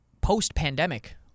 post-pandemic